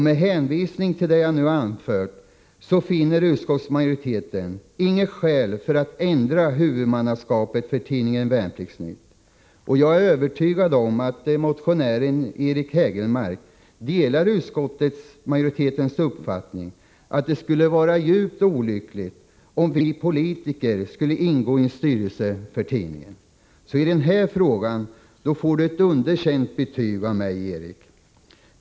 Med hänvisning till det jag nu anfört, finner utskottsmajoriteten inget skäl för att ändra huvudmannaskapet för tidningen Värnpliktsnytt. Jag är övertygad om att motionären Eric Hägelmark delar utskottsmajoritetens uppfattning att det skulle vara djupt olyckligt om vi politiker skulle ingå i en styrelse för tidningen. I den här frågan får Eric Hägelmark betyget underkänd.